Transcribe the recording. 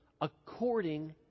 according